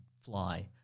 fly